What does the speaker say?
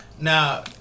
now